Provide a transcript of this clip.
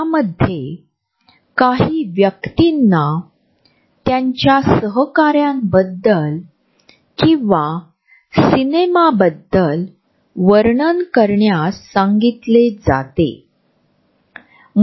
पण म्हणून प्रॉक्सिमिक्स हा केवळ अंतराचा अभ्यास नाही तर जे लोक एकमेकांशी वेगवेगळ्या प्रकारे अंतर राखतात परंतु आपल्या अनुभवांच्या इतर पैलूंमध्ये आयोजन केल्या जाणार्या जागेचा देखील अभ्यास आहे